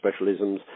specialisms